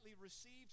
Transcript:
received